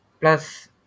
Plus